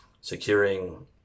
securing